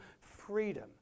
freedom